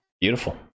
Beautiful